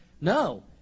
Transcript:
No